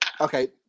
okay